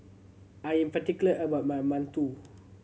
I'm particular about my mantou